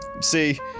See